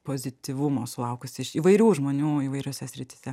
pozityvumo sulaukusi iš įvairių žmonių įvairiose srityse